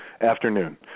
afternoon